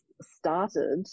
started